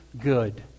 good